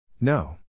No